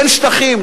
כן שטחים,